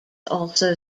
also